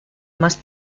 más